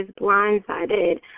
blindsided